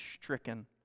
stricken